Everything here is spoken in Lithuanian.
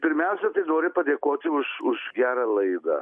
pirmiausia noriu padėkoti už už gerą laidą